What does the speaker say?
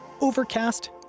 Overcast